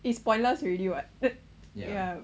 it's pointless already what ya